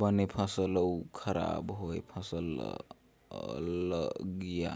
बने फसल अउ खराब होए फसल ल अलगिया